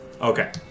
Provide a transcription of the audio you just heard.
Okay